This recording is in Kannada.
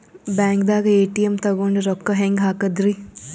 ಬ್ಯಾಂಕ್ದಾಗ ಎ.ಟಿ.ಎಂ ತಗೊಂಡ್ ರೊಕ್ಕ ಹೆಂಗ್ ಹಾಕದ್ರಿ?